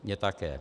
Mně také.